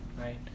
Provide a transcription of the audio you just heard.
Right